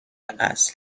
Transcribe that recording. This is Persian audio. اصل